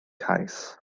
cais